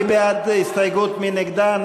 באסל גטאס,